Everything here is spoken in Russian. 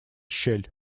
щель